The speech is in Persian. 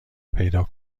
پیدا